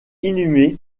inhumé